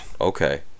Okay